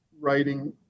Writing